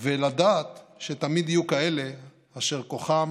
ולדעת שתמיד יהיו כאלה אשר כוחם